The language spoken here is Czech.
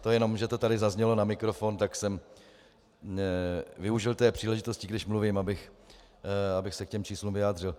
To jenom, že to tady zaznělo na mikrofon, tak jsem využil příležitosti, když mluvím, abych se k těm číslům vyjádřil.